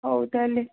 ହଉ ତା'ହେଲେ